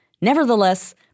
Nevertheless